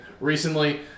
recently